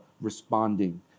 responding